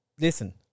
Listen